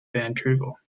vancouver